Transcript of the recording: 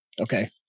Okay